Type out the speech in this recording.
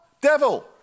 devil